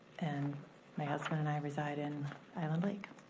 and my husband and i reside in island lake,